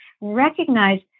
recognize